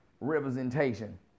representation